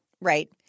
right